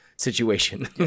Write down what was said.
situation